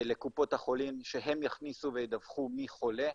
לקופות החולים שהן יכניסו וידווחו מי חולה.